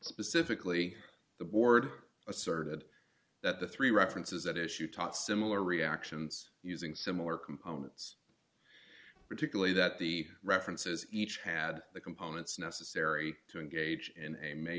specifically the board asserted that the three references that issue taught similar reactions using similar components particularly that the references each had the components necessary to engage in a may